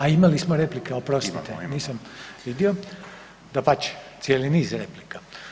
A imali smo replike, oprostite nisam vidio, dapače cijeli niz replika.